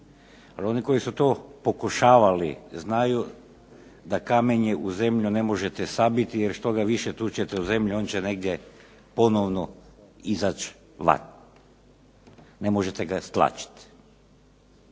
Ali oni koji su to pokušavali znaju da kamenje u zemlju ne možete sabiti jer što ga više tučete u zemlju on će negdje ponovno izaći van. Ne možete ga stlačiti.